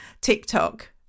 TikTok